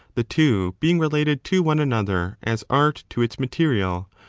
the two being related to one another as art to its material,